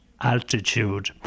altitude